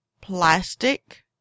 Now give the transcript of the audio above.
Plastic